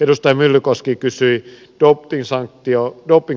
edustaja myllykoski kysyi dopingsanktiopykälästä